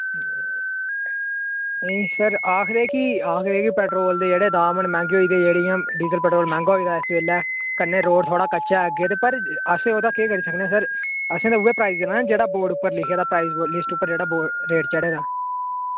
नेईं सर आखदे कि आखदे कि पैट्रोल दे जेह्ड़े दाम न मैहंगे होई दे जेह्ड़ियां डीजल पैट्रोल मैहंगा होई दा इस बेल्लै कन्नै रोड़ थोह्ड़ा कच्चा ऐ अग्गै ते पर असें ओह्दा केह् करी सकने सर असें ते उऐ प्राइस देना नि जेह्ड़ा बोर्ड उप्पर लिखे दा प्राइस लिस्ट उप्पर जेह्ड़ा रेट चढ़े दा